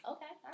Okay